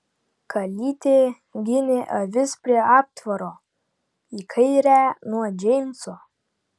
kalytė ginė avis prie aptvaro į kairę nuo džeimso